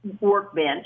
workbench